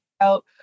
out